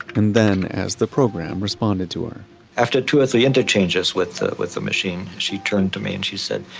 and then as the program responded to her after two or three interchanges with the with the machine, she turned to me and she said,